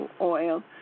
oil